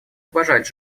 уважать